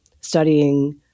studying